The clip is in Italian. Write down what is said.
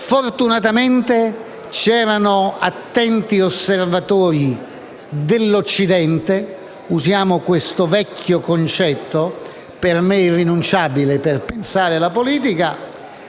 Fortunatamente c'erano attenti osservatori dell'Occidente (usiamo questo vecchio concetto, per me irrinunciabile per pensare la politica).